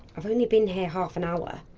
i've only been here half an hour.